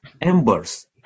embers